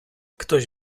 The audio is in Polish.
ktoś